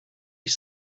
ich